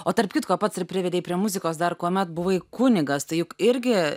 o tarp kitko pats ir privedei prie muzikos dar kuomet buvai kunigas tai juk irgi